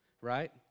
right